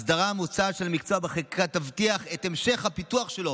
ההסדרה המוצעת של המקצוע בחקיקה תבטיח את המשך הפיתוח שלו